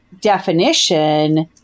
definition